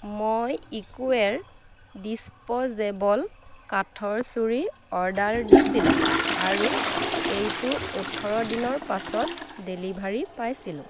মই Ecoware disposable কাঠৰ ছুৰী অৰ্ডাৰ দিছিলোঁ আৰু এইটো ওঠৰ দিনৰ পাছত ডেলিভাৰী পাইছিলোঁ